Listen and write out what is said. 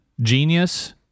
genius